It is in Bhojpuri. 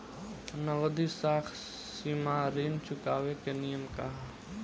नगदी साख सीमा ऋण चुकावे के नियम का ह?